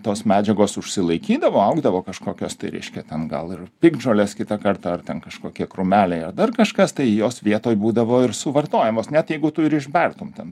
tos medžiagos užsilaikydavo augdavo kažkokios tai reiškia ten gal ir piktžolės kitą kartą ar ten kažkokie krūmeliai ar dar kažkas tai jos vietoj būdavo ir suvartojimos net jeigu tu ir išbertum ten